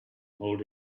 hold